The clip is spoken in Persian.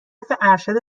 ارشد